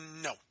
No